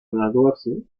graduarse